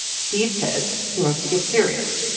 steve says he wants to get serious.